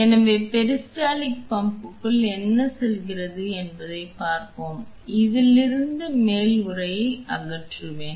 எனவே பெரிஸ்டால்டிக் பம்பிற்குள் என்ன செல்கிறது என்பதைப் பார்ப்போம் இதிலிருந்து மேல் உறையை அகற்றுவேன்